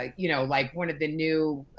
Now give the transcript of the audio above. ah you know like one of the new